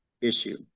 issue